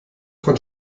von